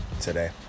today